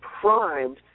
primed